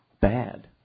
bad